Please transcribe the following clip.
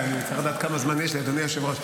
נניח, לא לפנות את ח'אן אל-אחמר?